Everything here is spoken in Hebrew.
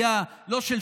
בדיוק, בדיוק, הזכרת את